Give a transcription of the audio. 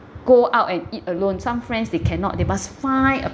go out and eat alone some friends they cannot they must find a